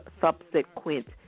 subsequent